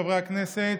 חברי הכנסת,